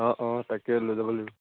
অঁ অঁ তাকে লৈ যাব লাগিব